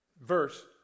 verse